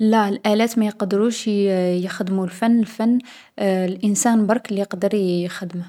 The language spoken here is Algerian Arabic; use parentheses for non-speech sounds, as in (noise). لا، اللآلات ما يقدروش يـ يخدمو الفن. الفن (hesitation) الانسان برك لي يقدر يـ يخدمه.